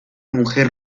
mujer